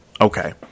okay